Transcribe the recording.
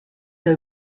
der